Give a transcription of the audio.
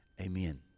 Amen